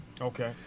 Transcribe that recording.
Okay